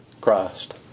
Christ